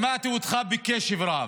שמעתי אותך בקשב רב,